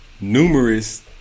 numerous